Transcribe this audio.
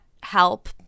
help